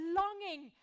longing